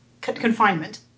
confinement